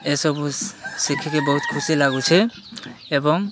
ଏସବୁ ଶିଖିକି ବହୁତ ଖୁସି ଲାଗୁଛି ଏବଂ